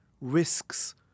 risks